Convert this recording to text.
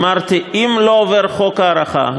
אמרתי: אם לא עובר חוק ההארכה,